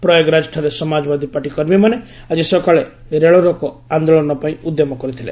ପ୍ରୟାଗରାଜଠାରେ Samajwadi party କର୍ମୀମାନେ ଆଜି ସକାଳେ ରେଳରୋକ ଆନ୍ଦୋଳନପାଇଁ ଉଦ୍ୟମ କରିଥିଲେ